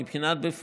מבחינת מה בפועל,